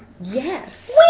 Yes